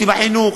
עם החינוך,